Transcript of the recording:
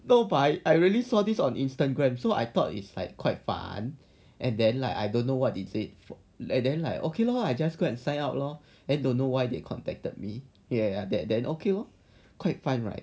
no but I really saw this on instagram so I thought it's like quite fun and then like I don't know is it for and then like okay lor I just go and sign up lor and don't know why they contacted me ya that then okay lor quite fun right